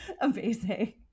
Amazing